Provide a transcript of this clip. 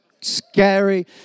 scary